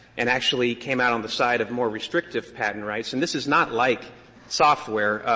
and actually came out on the side of more restrictive patent rights. and this is not like software.